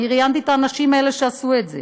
ראיינתי את האנשים שעשו את זה.